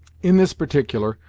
in this particular,